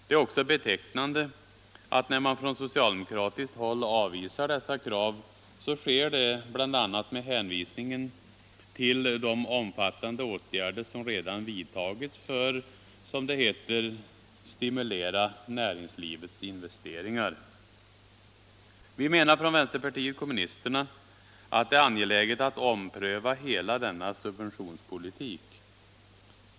Det är också betecknande att när man från socialdemokratiskt håll avvisar dessa krav så sker det bl.a. med hänvisning till de omfattande åtgärder som redan vidtagits för att, som det heter, stimulera näringslivets investeringar. Vi menar från vänsterpartiet kommunisterna att det är angeläget att ompröva hela denna subventionspolitik.